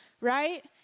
right